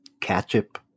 ketchup